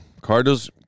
Cardinals